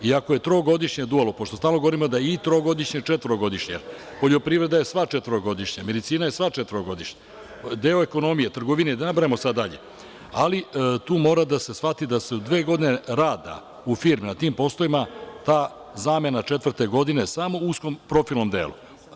Ako je trogodišnje dualno, pošto stalno govorimo da je trogodišnje, četvorogodišnje, poljoprivreda je sva četvorogodišnja, medicina je sva četvorogodišnja, deo ekonomije, trgovine, da ne nabrajam dalje, ali mora da se shvati da su dve godine rada u firmi na tim poslovima, ta zamena četvrte godine je samo u uskom profilnom delu.